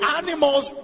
animals